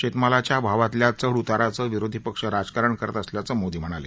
शेतमालाच्या भावातल्या चढउताराचं विरोधी पक्ष राजकारण करत असल्याचं मोदी म्हणाले